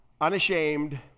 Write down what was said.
unashamed